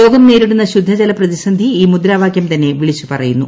ലോകം ന്റേരീട്ടുന്ന ശുദ്ധജല പ്രതിസന്ധി ഈ മുദ്രാവാക്യം തന്നെ വിളിച്ചുപറയുന്നു